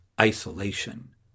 isolation